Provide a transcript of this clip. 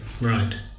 Right